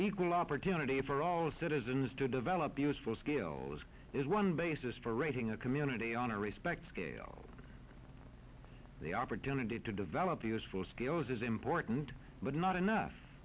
equal opportunity for all citizens to develop useful skills is one basis for raising a community on a respect scale the opportunity to develop useful skills is important but not enough